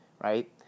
right